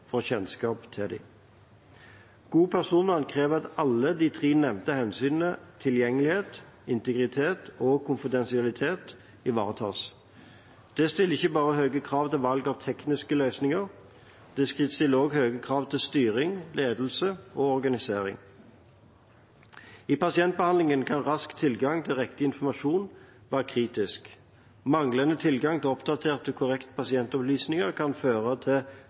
til dem. Godt personvern krever at alle de tre nevnte hensynene tilgjengelighet, integritet og konfidensialitet ivaretas. Det stiller ikke bare høye krav til valg av tekniske løsninger. Det stiller også høye krav til styring, ledelse og organisering. I pasientbehandlingen kan rask tilgang til riktig informasjon være kritisk. Manglende tilgang til oppdaterte og korrekte pasientopplysninger kan føre til